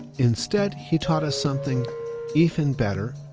instead, he taught us something even better,